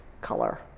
color